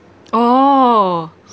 oh